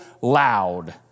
loud